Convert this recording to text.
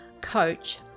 coach